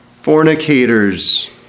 fornicators